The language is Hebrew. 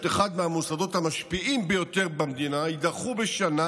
אחד מהמוסדות המשפיעים במדינה יידחו בשנה